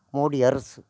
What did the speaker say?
மோடி அரசு